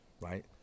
right